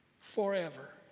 forever